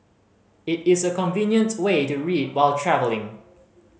it is a convenient way to read while travelling